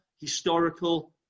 historical